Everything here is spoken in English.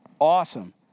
Awesome